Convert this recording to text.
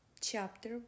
Chapter